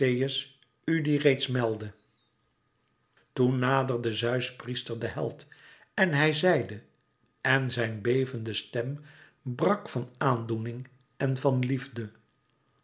u dien reeds meldde toen naderde zeus priester den held en hij zeide en zijn bevende stem brak van aandoening en van liefde